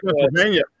Pennsylvania